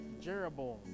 Jeroboam